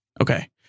Okay